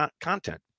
content